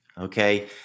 okay